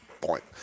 point